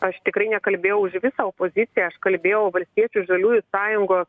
aš tikrai nekalbėjau už visą opoziciją aš kalbėjau valstiečių žaliųjų sąjungo